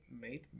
made